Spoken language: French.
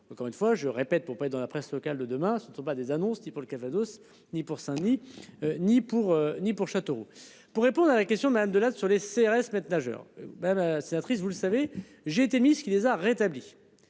Encore une fois je répète pour parler dans la presse locale de demain, ce ne sont pas des annonces, ni pour le Calvados. Ni pour ça ni. Ni pour ni pour Château pour répondre à la question Madame de sur les CRS, maîtres nageurs ben la sénatrice, vous le savez j'ai été mis ce qui les a rétablis,